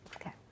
okay